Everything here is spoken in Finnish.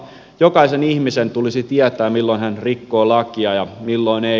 jokaisen ihmisen tulisi tietää milloin hän rikkoo lakia ja milloin ei